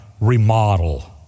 remodel